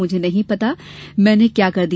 मुझे नहीं पता मैंने क्या कर दिया